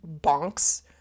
bonks